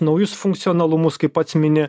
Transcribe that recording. naujus funkcionalumus kaip pats mini